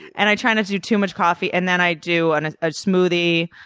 and i try not to do too much coffee. and then i do and a smoothie,